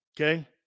okay